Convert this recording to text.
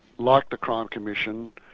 like the crime commission,